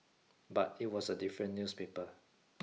but it was a different newspaper